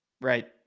Right